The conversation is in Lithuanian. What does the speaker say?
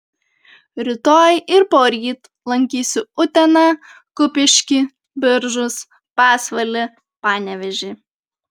rytoj ir poryt lankysiu uteną kupiškį biržus pasvalį panevėžį